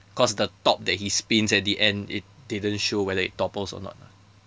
because the top that he spins at the end it didn't show whether it topples or not ah